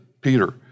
Peter